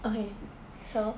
okay so